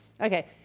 Okay